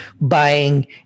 buying